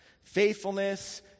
Faithfulness